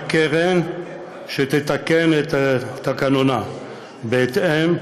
רק קרן שתתקן את תקנונה בהתאם,